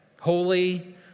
holy